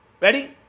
Ready